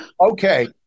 Okay